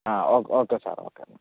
ആ okay sir okay എന്നാൽ